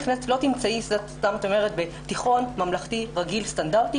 לא תמצאי תיכון ממלכתי רגיל סטנדרטי